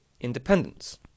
independence